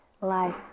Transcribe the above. life